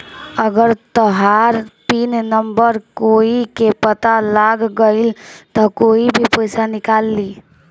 अगर तहार pin number कोई के पता लाग गइल त कोई भी पइसा निकाल ली